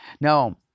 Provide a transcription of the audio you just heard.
Now